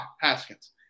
Haskins